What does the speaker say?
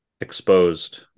exposed